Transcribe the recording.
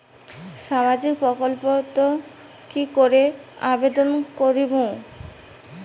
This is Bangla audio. সামাজিক প্রকল্পত কি করি আবেদন করিম?